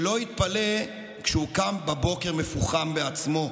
שלא יתפלא כשהוא קם בבוקר מפוחם בעצמו.